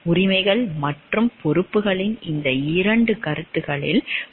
உரிமைகள் மற்றும் பொறுப்புகளின் இந்த 2 கருத்துக்களில் ஒன்றுடன் ஒன்று உள்ளது